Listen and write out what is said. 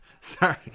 sorry